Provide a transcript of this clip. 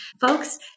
Folks